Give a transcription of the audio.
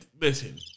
Listen